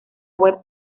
web